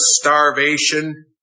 starvation